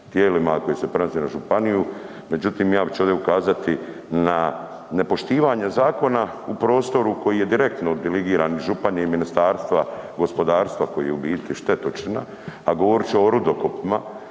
koji se prenose na županiju. Međutim, ja ću ovdje ukazati na nepoštivanje zakona u prostoru koji je direktno diligiran župan iz Ministarstva gospodarstva koji je u biti štetočina, a govorit ću o rudokopima.